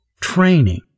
training